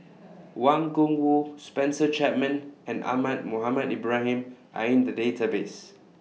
Wang Gungwu Spencer Chapman and Ahmad Mohamed Ibrahim Are in The Database